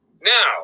Now